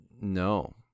No